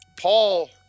Paul